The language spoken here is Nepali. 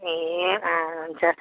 ए अँ हुन्छ